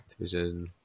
Activision